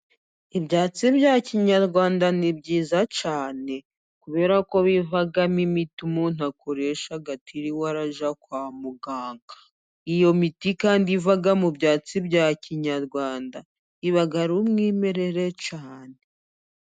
Ibyatsi bya kinyarwanda ni byiza cyane kubera ko bivamo imiti umuntu akoresha atiriwe ajya kwa muganga. Iyo miti kandi iva mu byatsi bya kinyarwanda iba ari umwimerere cyane.